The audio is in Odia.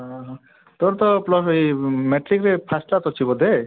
ଅ ହଁ ତୋର ତ ଇଏ ମାଟ୍ରିକ୍ ଫାର୍ଷ୍ଟ କ୍ଲାସ୍ ଅଛି ବୋଧେ